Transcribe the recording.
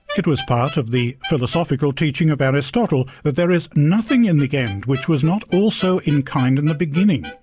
it was part of the philosophical teaching of aristotle that there is nothing in the end which was not also in kind in the beginning.